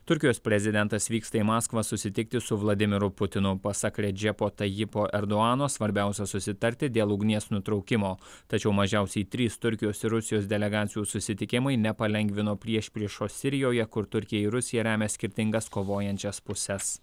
turkijos prezidentas vyksta į maskvą susitikti su vladimiru putinu pasak redžepo tajipo erdoano svarbiausia susitarti dėl ugnies nutraukimo tačiau mažiausiai trys turkijos ir rusijos delegacijų susitikimai nepalengvino priešpriešos sirijoje kur turkija ir rusija remia skirtingas kovojančias puses